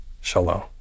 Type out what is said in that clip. Shalom